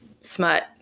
smut